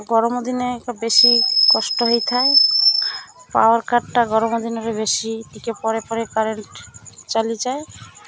ଗରମ ଦିନେ ବେଶୀ କଷ୍ଟ ହେଇଥାଏ ପାୱାର କାଟ୍ଟା ଗରମ ଦିନରେ ବେଶି ଟିକେ ପରେ ପରେ କରେଣ୍ଟ ଚାଲିଯାଏ